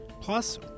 Plus